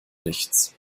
nichts